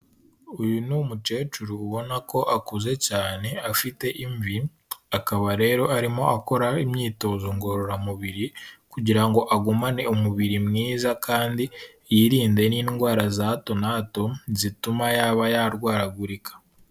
Uyu ni umukecuru ubona ko akuze cyane, afite imvi, akaba rero arimo akora imyitozo ngororamubiri, kugira ngo agumane umubiri mwiza kandi yirinde n'indwara za hato na hato, zituma yaba yarwaragurika.